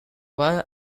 one